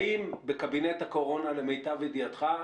האם בקבינט הקורונה, למיטב ידיעתך,